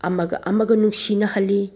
ꯑꯃꯒ ꯑꯃꯒ ꯅꯨꯡꯁꯤꯅꯍꯜꯂꯤ